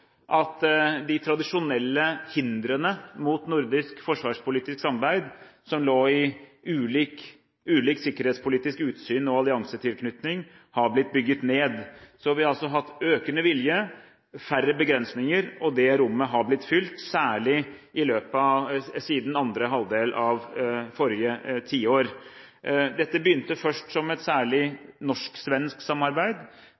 at de tradisjonelle hindrene mot nordisk forsvarspolitisk samarbeid som lå i ulikt sikkerhetspolitisk utsyn og ulik alliansetilknytning, har blitt bygget ned. Vi har altså hatt økende vilje og færre begrensninger. Det rommet har blitt fylt, særlig siden andre halvdel av forrige tiår. Dette begynte først som et